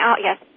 yes